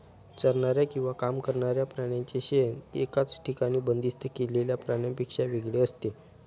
चरणाऱ्या किंवा काम करणाऱ्या प्राण्यांचे शेण एकाच ठिकाणी बंदिस्त केलेल्या प्राण्यांपेक्षा वेगळे असते